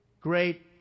great